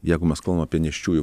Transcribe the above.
jeigu mes kalbam apie nėščiųjų